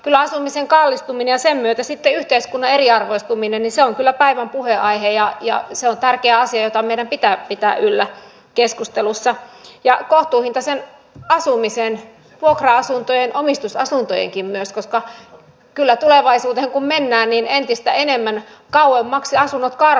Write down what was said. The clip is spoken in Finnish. kyllä asumisen kallistuminen ja sen myötä yhteiskunnan eriarvoistuminen on päivän puheenaihe ja se on tärkeä asia jota meidän pitää pitää yllä keskusteluissa kohtuuhintainen asuminen vuokra asunnoissa myös omistusasunnoissa koska kun tulevaisuuteen mennään niin kyllä entistä kauemmaksi asunnot karkaavat